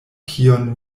kiun